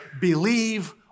believe